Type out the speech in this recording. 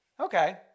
Okay